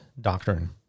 Doctrine